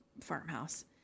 farmhouse